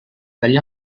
dagli